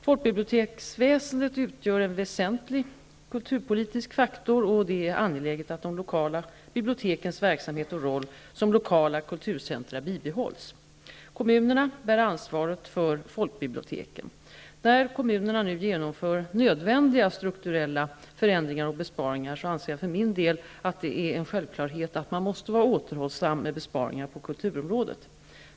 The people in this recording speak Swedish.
Folkbiblioteksväsendet utgör en väsentlig kulturpolitisk faktor, och det är angeläget att de lokala bibliotekens verksamhet och roll som lokala kulturcentra bibehålls. Kommunerna bär ansvaret för folkbiblioteken. När kommunerna nu genomför nödvändiga strukturella förändringar och besparingar anser jag för min del att det är en självklarhet att man måste vara återhållsam med besparingar på kulturområdet.